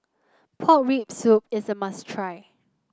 Pork Rib Soup is a must try